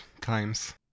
times